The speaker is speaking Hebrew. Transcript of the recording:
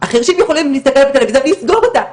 החרשים יכולים להסתכל בטלויזיה ולסגור אותה.